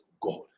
God